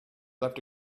left